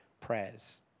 prayers